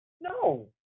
No